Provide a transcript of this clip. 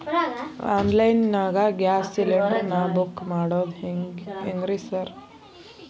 Online ನಾಗ gas cylinder ನಾ book ಮಾಡೋದ್ ಹೆಂಗ್ರಿ ಸಾರ್?